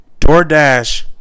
DoorDash